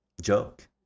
joke